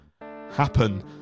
happen